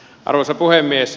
arvoisa puhemies